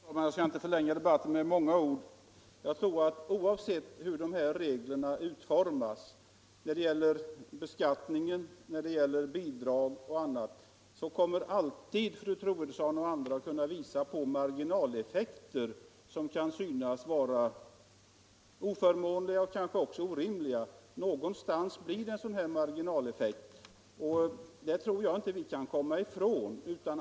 Nr 81 Fru talman! Jag skall inte förlänga debatten med många ord. Jag tror att oavsett hur reglerna utformas när det gäller beskattning, bidrag o. d., så kommer alltid fru Troedsson och andra att kunna visa på marginal= = effekter som kan synas vara oförmånliga och kanske även orimliga. Nå Existensminimum, gonstans blir det en sådan här marginaleffekt, och det tror jag inte vi — m.m. kan komma ifrån.